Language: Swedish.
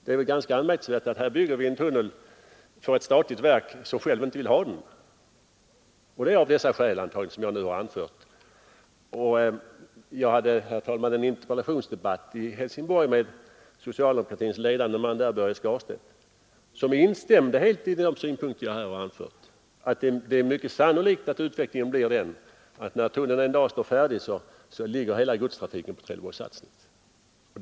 Det är ganska anmärkningsvärt att vi här skulle bygga en tunnel för ett statligt verk som självt inte vill ha den av de skäl som jag nu anfört. Jag hade, herr talman, en interpellationsdebatt i Helsingborg med socialdemokratins ledande man där, herr Börje Skarstedt, som helt instämde i de synpunkter jag här framfört, att det är mycket sannolikt att när tunneln väl står färdig ligger hela godstrafiken på Trelleborg— Sassnitz.